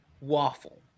waffle